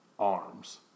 arms